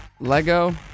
Lego